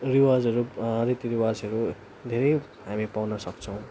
रिवजहरू रीतिरिवजहरू धेरै हामी पाउन सक्छौँ